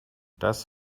das